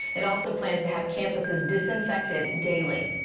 it also plans to have campuses disinfected daily.